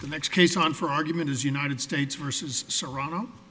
the next case on for argument is united states reeses serrano